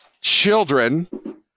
children